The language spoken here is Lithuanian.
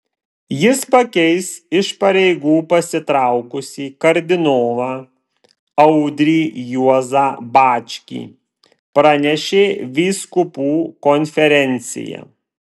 jis pakeis iš pareigų pasitraukusį kardinolą audrį juozą bačkį pranešė vyskupų konferencija